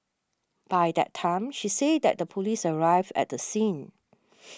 by that time she said that the police arrived at the scene